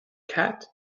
cat